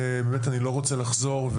ואני באמת לא רוצה לחזור,